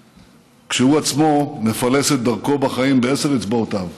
כשהוא עצמו מפלס את דרכו בחיים בעשר אצבעותיו.